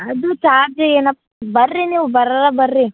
ಅದು ಚಾರ್ಜ್ ಏನಪ್ಪ ಬನ್ರಿ ನೀವು ಬರೋಲ್ಲ ಬನ್ರಿ